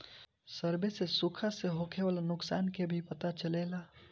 survey से सुखा से होखे वाला नुकसान के भी पता चलेला